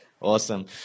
Awesome